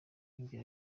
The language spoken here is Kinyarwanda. ibyo